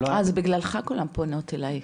אז בגללך כולם פונות אליי.